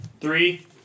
Three